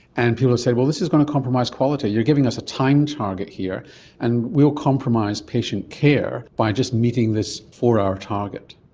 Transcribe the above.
and people have said, well, this is going to compromise quality. you're giving us a time target here and we will compromise patient care by just meeting this four-hour target.